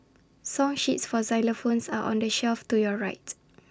song sheets for xylophones are on the shelf to your right